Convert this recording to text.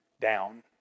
down